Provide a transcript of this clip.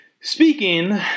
Speaking